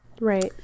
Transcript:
right